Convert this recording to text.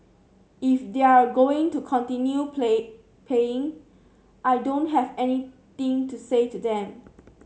if they're going to continue play paying I don't have anything to say to them